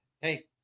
hey